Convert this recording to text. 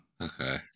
Okay